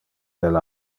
del